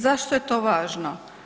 Zašto je to važno?